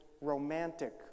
romantic